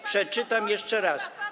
Przeczytam jeszcze raz.